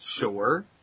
sure